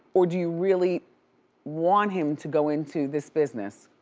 or do you really want him to go into this business?